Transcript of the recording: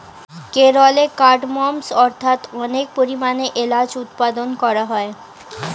কেরলে কার্ডমমস্ অর্থাৎ অনেক পরিমাণে এলাচ উৎপাদন করা হয়